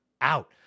out